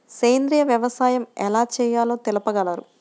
సేంద్రీయ వ్యవసాయం ఎలా చేయాలో తెలుపగలరు?